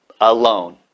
alone